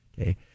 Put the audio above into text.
Okay